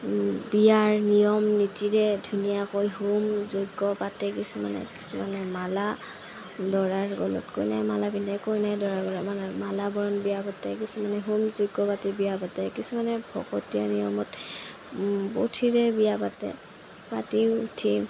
বিয়াৰ নিয়ম নীতিৰে ধুনীয়াকৈ হোম যজ্ঞ পাতে কিছুমানে কিছুমানে মালা দৰাৰ গলত কইনাই মালা পিন্ধাই কইনাই দৰা গলত মালা মালাবৰণ বিয়া পাতে কিছুমানে হোম যজ্ঞ পাতি বিয়া পাতে কিছুমানে ভকতীয়া নিয়মত বঠিৰে বিয়া পাতে পাতি উঠি